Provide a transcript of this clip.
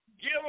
give